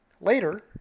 later